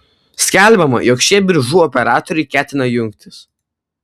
skelbiama jog šie biržų operatoriai ketina jungtis